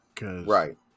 Right